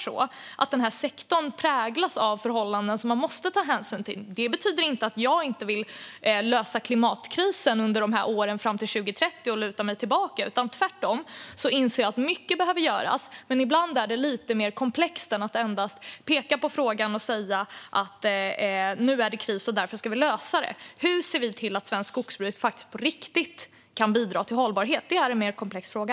Sektorn präglas av förhållanden som man måste ta hänsyn till. Det betyder inte att jag inte vill lösa klimatkrisen under åren fram till 2030 och bara luta mig tillbaka. Jag inser tvärtom att mycket behöver göras men att det ibland är lite mer komplext än att man endast kan peka på frågan och säga: Nu är det kris, och därför ska vi lösa detta! Hur ser vi till att svenskt skogsbruk på riktigt kan bidra till hållbarhet? Det är en mer komplex fråga.